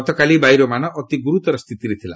ଗତକାଲି ବାୟୁର ମାନ ଅତି ଗୁରୁତର ସ୍ଥିତିରେ ଥିଲା